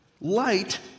Light